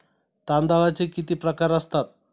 तांदळाचे किती प्रकार असतात?